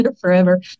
forever